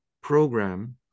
program